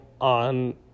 on –